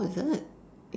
orh is it